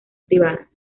privadas